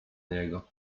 niego